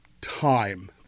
Time